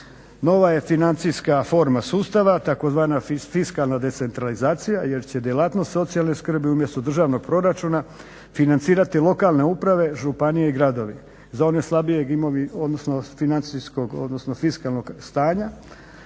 Nova je financijska forma sustava tzv. fiskalna decentralizacija jer će djelatnost socijalne skrbi umjesto državnog proračuna financirati lokalne uprave, županije i gradovi. Za one slabijeg fiskalnog stanja